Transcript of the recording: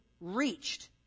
reached